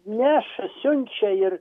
neša siunčia ir